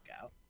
out